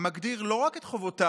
המגדיר לא רק את חובותיו,